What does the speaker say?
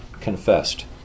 confessed